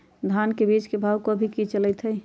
धान के बीज के भाव अभी की चलतई हई?